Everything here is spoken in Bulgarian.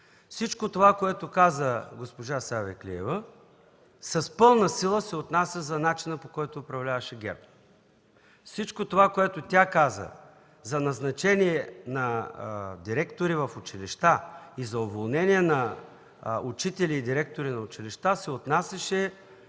Всичко това, което каза госпожа Савеклиева, с пълна сила се отнася за начина, по който управляваше ГЕРБ. Всичко това, което тя каза за назначения на директори в училища и за уволнения на учители и директори на училища, се отнасяше